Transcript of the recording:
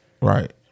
Right